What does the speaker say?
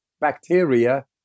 bacteria